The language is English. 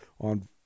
on